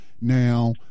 now